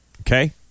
okay